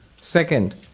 second